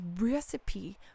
recipe